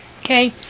Okay